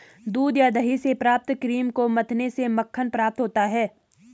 दूध या दही से प्राप्त क्रीम को मथने से मक्खन प्राप्त होता है?